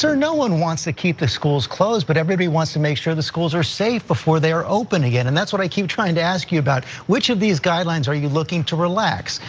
so no one wants to keep the schools closed, but everybody wants to make sure the schools are safe before they are open again. and that's what i keep trying to ask you about. which of these guidelines are you looking to relax?